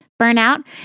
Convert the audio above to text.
burnout